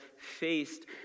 faced